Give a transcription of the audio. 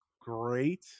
great